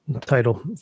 title